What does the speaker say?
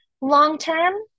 long-term